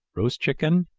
roast chicken,